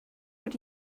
what